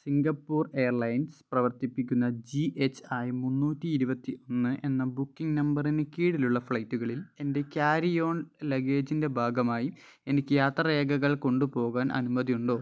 Singapore airlines പ്രവർത്തിപ്പിക്കുന്ന G H I മുന്നൂറ്റി ഇരുപത്തി ഒന്ന് എന്ന ബുക്കിംഗ് നമ്പറിന് കീഴിലുള്ള ഫ്ലൈറ്റുകളിൽ എൻ്റെ ക്യാരി ഓൺ ലഗേജിൻ്റെ ഭാഗമായി എനിക്ക് യാത്രാ രേഖകൾ കൊണ്ടുപോകാൻ അനുമതിയുണ്ടോ